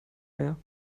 mehr